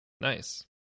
Nice